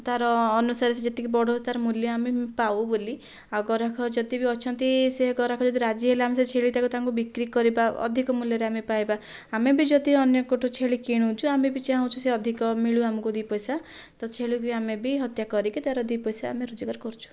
ତା'ର ଅନୁସାରେ ସେ ଯେତିକି ବଢ଼ୁ ତା'ର ମୂଲ୍ୟ ଆମେ ପାଉ ବୋଲି ଆଉ ଗରାଖ ଯଦି ବି ଅଛନ୍ତି ସେ ଗରାଖ ଯଦି ରାଜି ହେଲେ ଆମେ ସେ ଛେଳିଟାକୁ ତାଙ୍କୁ ବିକ୍ରି କରିବା ଅଧିକ ମୂଲ୍ୟରେ ଆମେ ପାଇବା ଆମେ ବି ଯଦି ଅନ୍ୟଙ୍କଠାରୁ ଛେଳି କିଣୁଛୁ ଆମେ ବି ଚାହୁଁଛୁ ସେ ଅଧିକ ମିଳୁ ଆମକୁ ଦୁଇ ପଇସା ତ ଛେଳିକୁ ଆମେ ବି ହତ୍ୟା କରିକି ତାର ଦୁଇ ପଇସା ଆମେ ରୋଜଗାର କରୁଛୁ